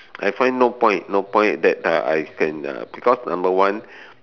I find no point no point that uh I can uh because number one